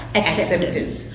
acceptance